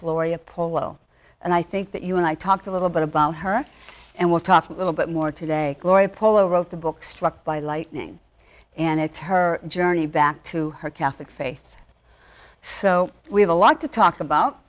florrie a pull well and i think that you and i talked a little bit about her and we'll talk a little bit more today gloria pola wrote the book struck by lightning and it's her journey back to her catholic faith so we have a lot to talk about